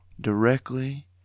directly